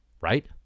Right